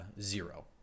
zero